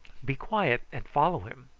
be quiet and follow him.